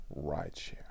Rideshare